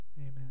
Amen